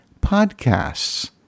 podcasts